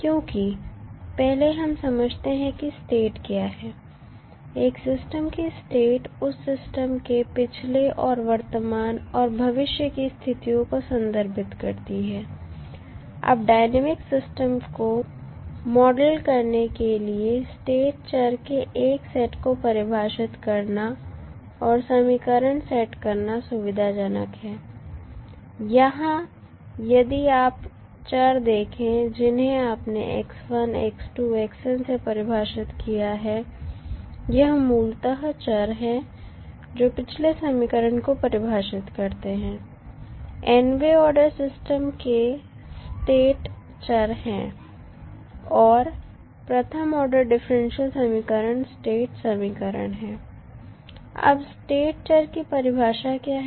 क्योंकि पहले हम समझते हैं कि स्टेट क्या है एक सिस्टम की स्टेट उस सिस्टम के पिछले और वर्तमान और भविष्य की स्थितियों को संदर्भित करती है अब डायनामिक सिस्टम को मॉडल करने के लिए स्टेट चर के एक सेट को परिभाषित करना और समीकरण सेट करना सुविधाजनक है यहां यदि आप चर देखें जिन्हें आपने x1 x2 xn से परिभाषित किया है यह मूलतः चर है जो पिछले समीकरण को परिभाषित करते हैं nवे ऑर्डर सिस्टम के स्टेट चर है और प्रथम ऑर्डर डिफरेंशियल समीकरण स्टेट समीकरण हैं अब स्टेट चर की परिभाषा क्या है